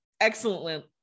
Excellent